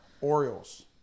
Orioles